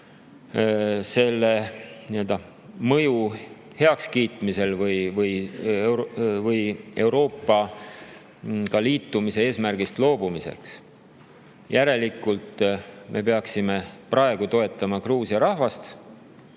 see mõju heaks kiita või Euroopaga liitumise eesmärgist loobuda. Järelikult me peaksime praegu toetama Gruusia rahvast